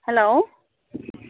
hello